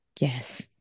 Yes